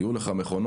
יהיו לך מכונות,